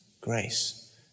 grace